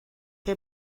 que